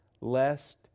lest